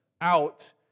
out